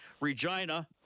Regina